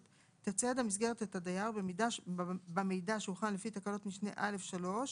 תצייד המסגרת את הדייר במידע שהוכן לפי תקנות משנה (א)(3)